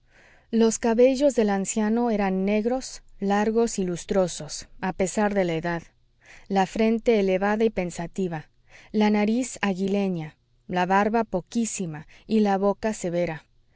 los cabellos del anciano eran negros largos y lustrosos a pesar de la edad la frente elevada y pensativa la nariz aguileña la barba poquísima y la boca severa